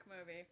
movie